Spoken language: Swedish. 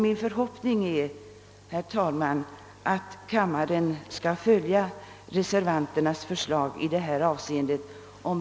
Min förhoppning är därför att kammaren följer reservanternas förslag i detta avseende. Herr talman!